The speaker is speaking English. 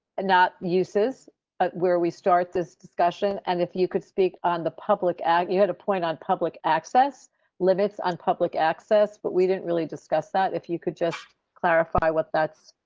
and not uses where we start this discussion and if you could speak on the public ad, you had a point on public access limits on public access. but we didn't really discuss that. if you could just clarify what that's.